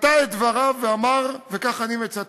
קטע את דבריו ואמר, וכך אני מצטט: